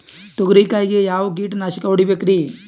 ತೊಗರಿ ಕಾಯಿಗೆ ಯಾವ ಕೀಟನಾಶಕ ಹೊಡಿಬೇಕರಿ?